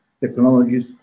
technologies